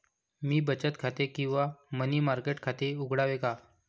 मी बचत खाते किंवा मनी मार्केट खाते उघडावे का?